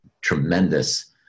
tremendous